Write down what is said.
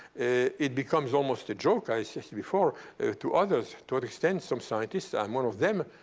it becomes almost a joke i said to you before to others, to what extent some scientists, i am one of them,